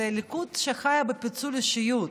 זה ליכוד שחי בפיצול אישיות.